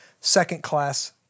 second-class